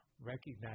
recognize